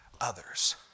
others